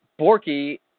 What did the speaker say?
Borky